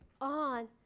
on